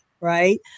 right